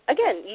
Again